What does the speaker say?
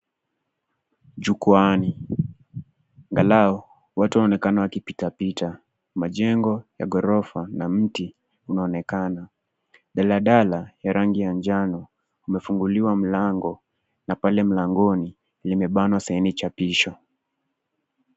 Jukwaani, angalau watu wanaonekana wakipitapita. Majengo ya ghorofa na mti unaonekana. Daladala ya rangi ya njano, imefunguliwa mlango, na pale mlangoni, limebanwa saini chapisho.